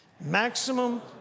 maximum